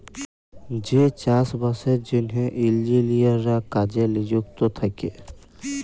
যে চাষ বাসের জ্যনহে ইলজিলিয়াররা কাজে লিযুক্ত থ্যাকে